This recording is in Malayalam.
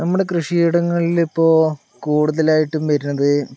നമ്മുടെ കൃഷിയിടങ്ങളിൽ ഇപ്പോൾ കൂടുതലായിട്ടും വരുന്നത്